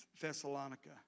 Thessalonica